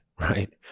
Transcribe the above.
right